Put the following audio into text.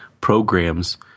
programs